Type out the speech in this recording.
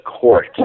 court